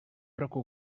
racó